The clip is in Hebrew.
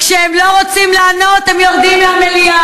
כשהם לא רוצים לענות הם יורדים מהבמה.